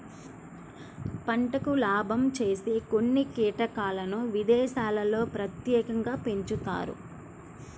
పంటకు లాభం చేసే కొన్ని కీటకాలను విదేశాల్లో ప్రత్యేకంగా పెంచుతారు